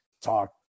talk